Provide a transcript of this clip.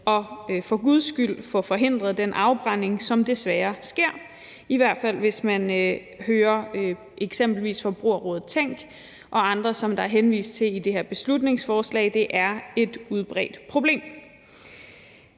og for guds skyld også få forhindret den afbrænding, som desværre sker, i hvert fald hvis man hører eksempelvis Forbrugerrådet Tænk og andre, som der er henvist til i det her beslutningsforslag. Det er et udbredt problem.